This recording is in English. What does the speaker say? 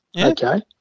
Okay